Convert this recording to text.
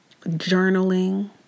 journaling